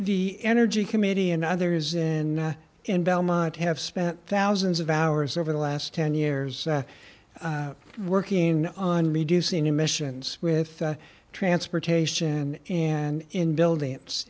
the energy committee and others in and belmont have spent thousands of hours over the last ten years working on reducing emissions with transportation and in buildings